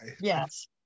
Yes